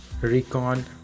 recon